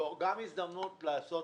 זאת גם הזדמנות לעשות